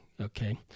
okay